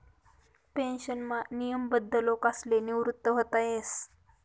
पेन्शनमा नियमबद्ध लोकसले निवृत व्हता येस